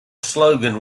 slogan